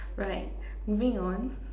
right moving on